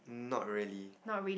not really